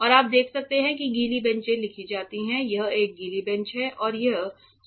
और आप देख सकते हैं कि गीली बेंचें लिखी जाती हैं यह एक गीली बेंच है और यह सॉल्वैंट्स केवल बेंच है